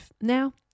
Now